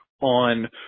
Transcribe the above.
on